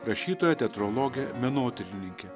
rašytoja teatrologė menotyrininkė